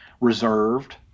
reserved